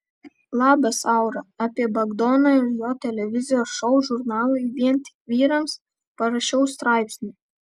labas aura apie bagdoną ir jo televizijos šou žurnalui vien tik vyrams parašiau straipsnį